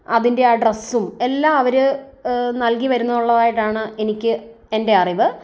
അതിൻ്റെ ആ ഡ്രസ്സും എല്ലാം അവർ നൽകിവരുന്നുള്ളതായിട്ടാണ് എനിക്ക് എൻ്റെ അറിവ്